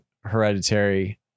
Hereditary